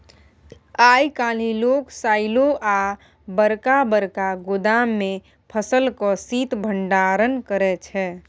आइ काल्हि लोक साइलो आ बरका बरका गोदाम मे फसलक शीत भंडारण करै छै